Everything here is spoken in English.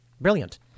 Brilliant